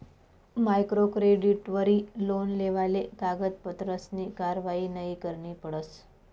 micro क्रेडिटवरी loan लेवाले कागदपत्रसनी कारवायी नयी करणी पडस